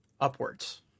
upwards